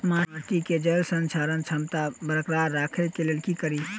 माटि केँ जलसंधारण क्षमता बरकरार राखै लेल की कड़ी?